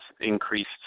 increased